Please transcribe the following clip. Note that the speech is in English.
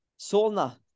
Solna